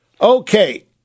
Okay